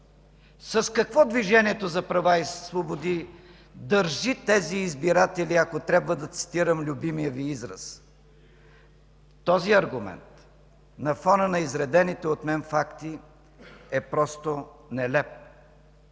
С какво Движението за права и свободи „държи” тези избиратели, ако трябва да цитирам любимия Ви израз? Този аргумент на фона на изредените от мен факти е просто нелеп.